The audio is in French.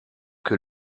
que